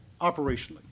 operationally